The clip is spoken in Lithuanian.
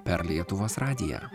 per lietuvos radiją